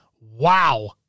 Wow